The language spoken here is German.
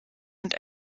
und